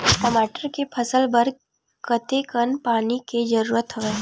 टमाटर के फसल बर कतेकन पानी के जरूरत हवय?